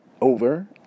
Over